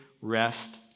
rest